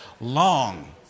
long